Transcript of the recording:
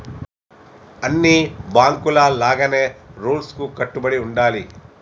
అన్ని బాంకుల లాగానే రూల్స్ కు కట్టుబడి ఉండాలి